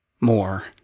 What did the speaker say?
more